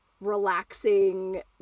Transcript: relaxing